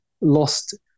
lost